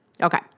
Okay